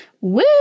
woo